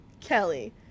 Kelly